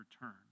return